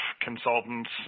consultants